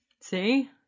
See